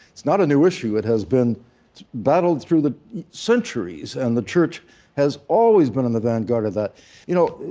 is not a new issue, it has been battled through the centuries and the church has always been in the vanguard of that you know,